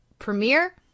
Premiere